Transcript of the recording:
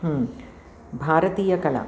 भारतीया कला